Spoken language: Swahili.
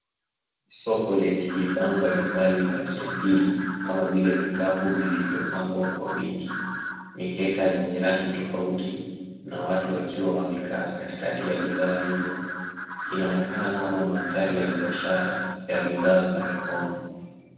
Soko lenye bidhaa mbalimbali za kiasilia. kama vile vikapu vilivyopangwa kwa wingi, mikeka yenye rangi tofauti na watu wakiwa wamekaa katikati ya bidhaa hizo. Inaonekana kama mandhari ya biashara ya bidhaa za mikono.